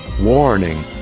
Warning